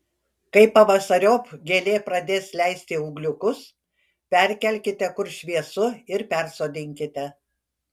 kai pavasariop gėlė pradės leisti ūgliukus perkelkite kur šviesu ir persodinkite